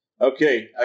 Okay